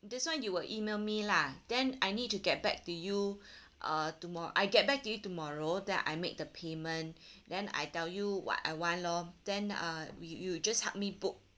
this one you will email me lah then I need to get back to you uh tomor~ I get back to you tomorrow then I make the payment then I tell you what I want lor then uh we you just help me book